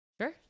Sure